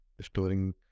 storing